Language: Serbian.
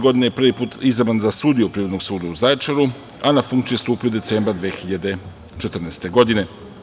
Godine 2014. prvi put je izabran za sudiju Privrednog suda u Zaječaru, a na funkciju je stupio decembra 2014. godine.